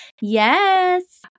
Yes